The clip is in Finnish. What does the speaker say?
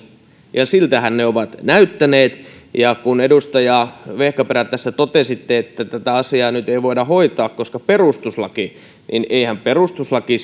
ja siltähän ne ovat näyttäneet kun edustaja vehkaperä tässä totesitte että tätä asiaa nyt ei voida hoitaa koska perustuslaki niin eihän perustuslaki